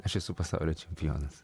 aš esu pasaulio čempionas